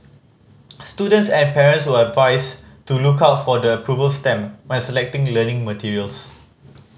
students and parents were advised to look out for the approval stamp when selecting learning materials